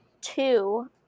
two